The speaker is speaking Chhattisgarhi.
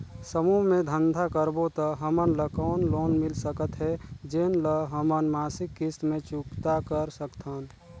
समूह मे धंधा करबो त हमन ल कौन लोन मिल सकत हे, जेन ल हमन मासिक किस्त मे चुकता कर सकथन?